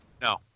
No